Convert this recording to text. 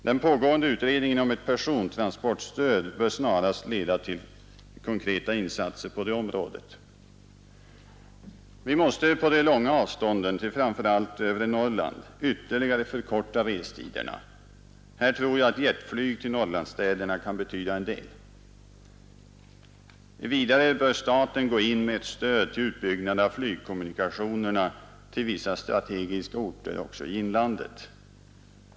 Den pågående utredningen om ett persontransportstöd bör snarast leda till konkreta insatser på det området. Vi måste på det långa avstånden, till framför allt övre Norrland, ytterligare förkorta restiderna. Här tror jag att jetflyg till Norrlandsstäderna kan betyda en del. Vidare bör staten gå in med ett stöd till utbyggnad av flygkommunikationerna till vissa strategiska orter i inlandet.